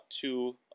two